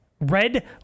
red